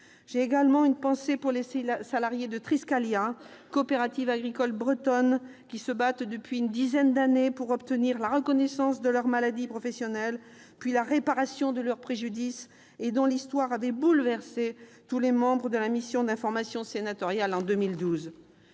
J'ai une pensée pour les salariés de Triskalia, coopérative agricole bretonne, qui se battent depuis une dizaine d'années pour obtenir la reconnaissance de leur maladie professionnelle, puis la réparation de leur préjudice, et dont l'histoire avait bouleversé tous les membres de la mission d'information sénatoriale en 2012.